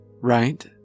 right